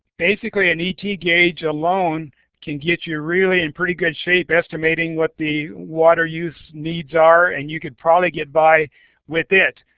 basically, an et gauge alone can get you really in pretty good shape estimating what the water use needs are and you could probably get by with it.